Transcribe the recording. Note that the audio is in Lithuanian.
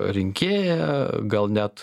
rinkėją gal net